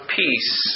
peace